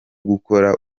gukora